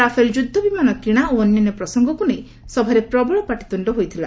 Rafale ଯୁଦ୍ଧ ବିମାନ କିଣା ଓ ଅନ୍ୟାନ୍ୟ ପ୍ରସଙ୍ଗକୁ ନେଇ ସଭାରେ ପ୍ରବଳ ପାଟିତ୍ରୁଷ୍ଣ ହୋଇଥିଲା